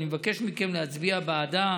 ואני מבקש מכם להצביע בעדה